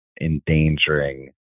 endangering